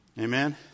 Amen